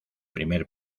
primer